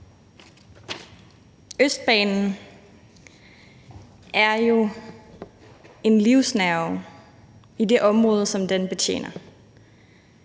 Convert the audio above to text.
Østbanen er jo en livsnerve i det område, som den betjener.